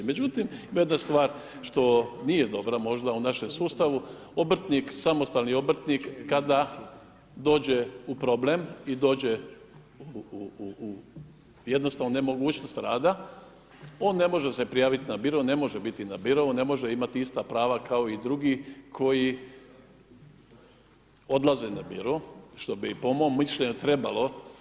Međutim, ima jedna stvar što nije dobra možda u našem sustavu, obrtnik, samostalni obrtnik kada dođe u problem i dođe u jednostavno nemogućnost rada on ne može se prijaviti na biro, ne može biti na birou, ne može imati ista prava kao i drugi koji odlaze na biro što bi po mom mišljenju trebalo.